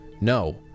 no